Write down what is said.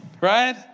right